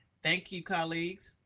thank you, colleagues,